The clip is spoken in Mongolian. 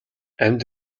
амьд